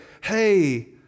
hey